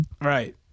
right